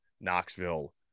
Knoxville